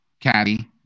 Caddy